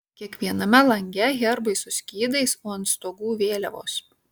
kiekviename lange herbai su skydais o ant stogų vėliavos